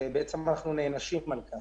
ובעצם אנחנו נענשים על כך.